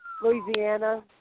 Louisiana